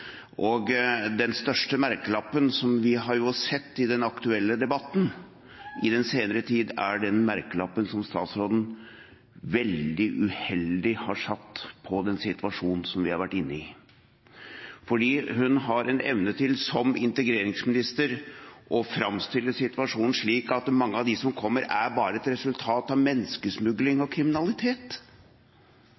Og den største merkelappen som vi har sett i den aktuelle debatten i den senere tid, er merkelappen som statsråden veldig uheldig har satt på den situasjonen vi har vært inne i. Hun har som integreringsminister en evne til å framstille situasjonen som at mange av dem som kommer, bare er et resultat av menneskesmugling